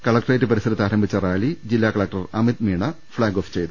കല ക്ട്രേറ്റ് പരിസരത്ത് ആരംഭിച്ച റാലി ജില്ലാ collector Amit Meena flag off ചെയ്തു